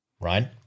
right